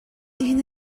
иһин